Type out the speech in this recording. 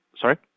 sorry